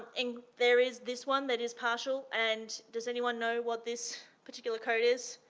and there is this one that is partial and does anyone know what this particular code is?